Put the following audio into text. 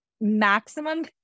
maximum